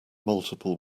multiple